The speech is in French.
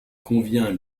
convient